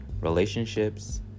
relationships